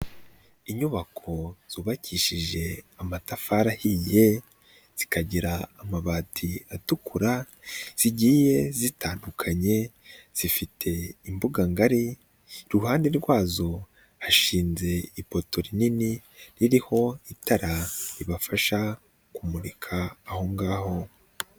Inyubako zubakishije amatafari ahiye, zikagira amabati atukura zigiye zitandukanye, zifite imbuga ngari, iruhande rwazo hashinze ipoto rinini ririho itara ribafasha kumurika aho ngaho.